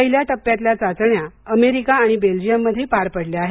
पहिल्या टप्प्यातल्या चाचण्या अमेरिका आणि बेल्जियम मध्ये पार पडल्या आहेत